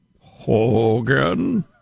Hogan